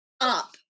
up